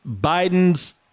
Biden's